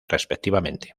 respectivamente